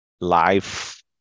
life